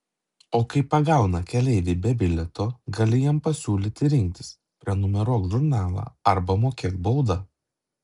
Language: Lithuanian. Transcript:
o kai pagauna keleivį be bilieto gali jam pasiūlyti rinktis prenumeruok žurnalą arba mokėk baudą